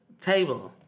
table